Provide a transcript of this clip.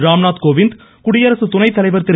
ராம்நாத் கோவிந்த் குடியரசுத் துணை தலைவர் திரு